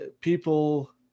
people